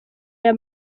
aya